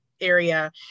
area